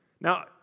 Now